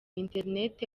internet